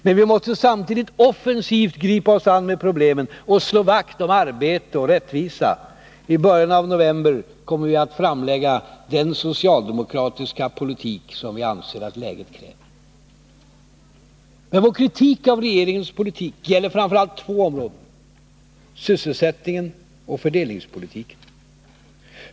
Men vi måste samtidigt offensivt gripa oss an med problemen och slå vakt om arbete och rättvisa. I början av november kommer vi att framlägga den socialdemokratiska politik som vi anser att läget kräver. Vår kritik av regeringens politik gäller framför allt två områden: sysselsättningen och fördelningspolitiken.